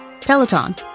Peloton